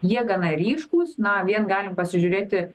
jie gana ryškūs na vien galim pasižiūrėti